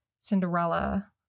Cinderella